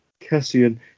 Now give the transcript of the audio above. Cassian